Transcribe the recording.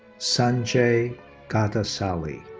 sanjay gadasalli.